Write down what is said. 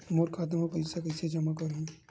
मोर खाता म पईसा कइसे जमा करहु?